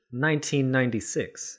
1996